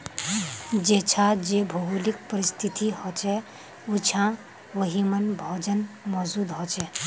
जेछां जे भौगोलिक परिस्तिथि होछे उछां वहिमन भोजन मौजूद होचे